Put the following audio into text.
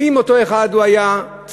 אם אותו אחד היה צדיק